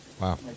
Wow